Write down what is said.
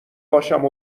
باشم